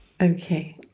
okay